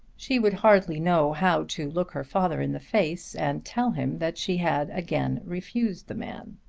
she would hardly know how to look her father in the face and tell him that she had again refused the man.